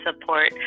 support